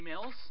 emails